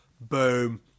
boom